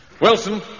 Wilson